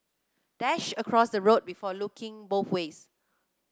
dash across the road before looking both ways